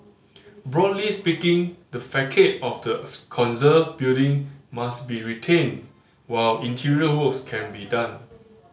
broadly speaking the facade of the conserved building must be retained while interior works can be done